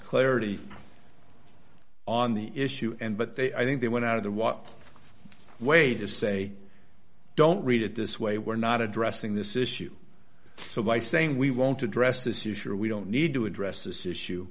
clarity on the issue and but they i think they went out of the what way to say don't read it this way we're not addressing this issue so by saying we won't address this issue or we don't need to address this